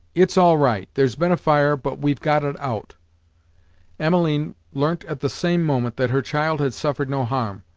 it's all right. there's been a fire, but we've got it out emmeline learnt at the same moment that her child had suffered no harm,